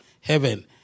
heaven